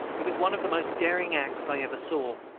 it was one of the most daring acts i ever saw,